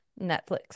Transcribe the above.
Netflix